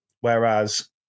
Whereas